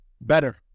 Better